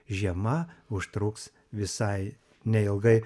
žiema užtruks visai neilgai